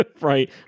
Right